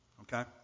Okay